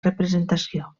representació